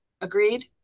agreed